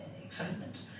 excitement